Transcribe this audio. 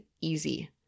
easy